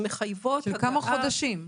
הן מחייבות אותן.